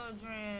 children